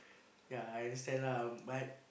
ya I understand lah but